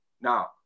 Now